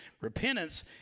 Repentance